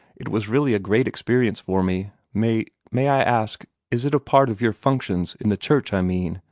it was really a great experience for me. may may i ask, is it a part of your functions, in the church, i mean,